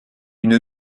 une